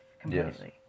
completely